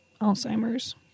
Alzheimer's